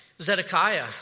Zedekiah